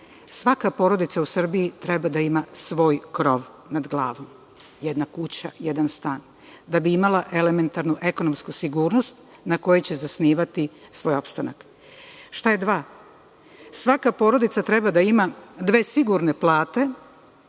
Svaka u Srbiji treba da ima svoj krov nad glavom, jedna kuća, jedan stan, da bi imala elementarnu ekonomsku sigurnost na kojoj će zasnivati svoj opstanak. Šta je „Dva“? Svaka porodica treba da ima dve sigurne plate